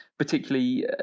particularly